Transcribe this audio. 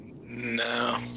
No